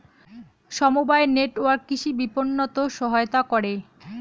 সমবায় নেটওয়ার্ক কৃষি বিপণনত সহায়তা করে